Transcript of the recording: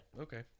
Okay